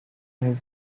his